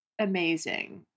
amazing